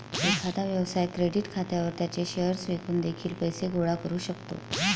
एखादा व्यवसाय क्रेडिट खात्यावर त्याचे शेअर्स विकून देखील पैसे गोळा करू शकतो